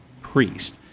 priest